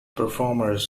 performers